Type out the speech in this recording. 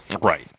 right